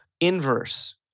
inverse